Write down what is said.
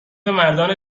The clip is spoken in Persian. مردان